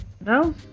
no